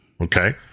Okay